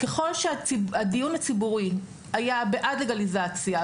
ככל שהדיון הציבורי היה בעל לגליזציה,